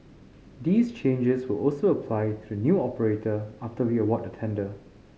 these changes will also apply to the new operator after we award the tender